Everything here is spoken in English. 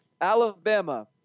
Alabama